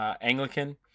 Anglican